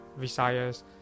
Visayas